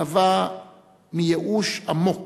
נבע מייאוש עמוק